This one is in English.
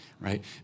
right